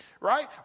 right